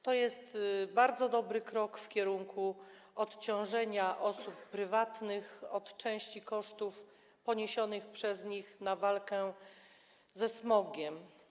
To jest bardzo dobry krok w kierunku odciążenia osób prywatnych w zakresie części kosztów poniesionych przez nich na walkę ze smogiem.